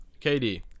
KD